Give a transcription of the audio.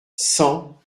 cent